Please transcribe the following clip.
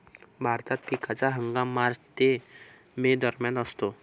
भारतात पिकाचा हंगाम मार्च ते मे दरम्यान असतो